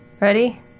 Ready